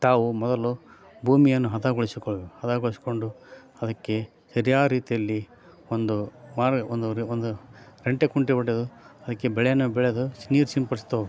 ತಾವು ಮೊದಲು ಭೂಮಿಯನ್ನು ಹದಗೊಳಿಸಿಕೊಳ್ಬೇಕು ಹದಗೊಳಿಸಿಕೊಂಡು ಅದಕ್ಕೆ ಸರಿಯಾದ ರೀತಿಯಲ್ಲಿ ಒಂದು ಮಾರೆ ಒಂದು ಒಂದು ರಂಟೆ ಕುಂಟೆ ಹೊಡೆದು ಅದಕ್ಕೆ ಬೆಳೆಯನ್ನು ಬೆಳೆದು ನೀರು ಸಿಂಪಡಿಸ್ತಾ ಹೋಗ್ಬೇಕ್